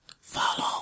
Follow